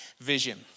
vision